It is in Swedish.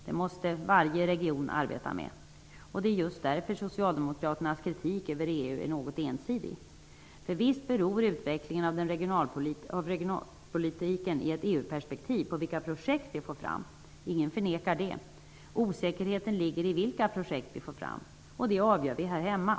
Det måste varje region arbeta med. Det är just därför som Socialdemokraternas kritik mot EG är något ensidig. Visst beror utvecklingen av regionalpolitiken i ett EU-perspektiv på vilka projekt som vi får fram! Ingen förnekar det. Osäkerheten ligger i vilka projekt som vi får fram, och det avgör vi här hemma.